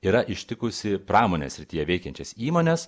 yra ištikusi pramonės srityje veikiančias įmones